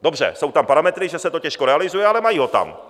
Dobře, jsou tam parametry, že se to těžko realizuje, ale mají ho tam.